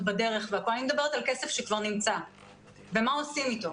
בדרך אלא אני מדברת על כסף שכבר נמצא ומה עושים אתו.